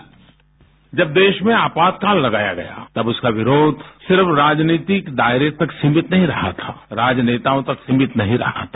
sound bite जब देश में आपातकाल लगाया गया तब उसका विरोध सिर्फ राजनितिक दायरे तक सीमित नहीं रहा था राजनेताओं तक सीमित नहीं रहा था